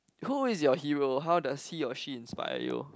who is your hero how does he or she inspire you